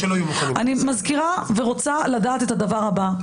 אני מזכירה ורוצה לדעת את הדבר הבא.